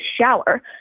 shower